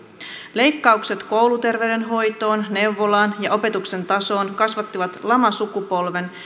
leikkaukset kouluterveydenhoitoon neuvolaan ja opetuksen tasoon kasvattivat lamasukupolven